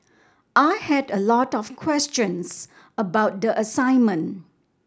I had a lot of questions about the assignment